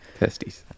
Testies